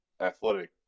athletic